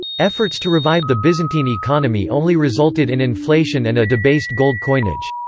efforts to revive the byzantine economy only resulted in inflation and a debased gold coinage.